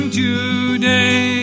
today